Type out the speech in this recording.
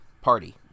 party